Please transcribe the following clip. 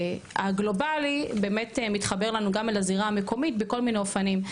הגלובלי באמת מתחבר לנו גם לזירה המקומית בכל מיני אופנים.